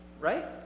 right